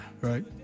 Right